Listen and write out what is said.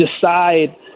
decide